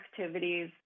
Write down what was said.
activities